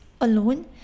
alone